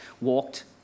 walked